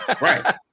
Right